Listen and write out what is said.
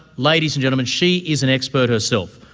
ladies and gentlemen, she is an expert herself,